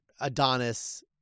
Adonis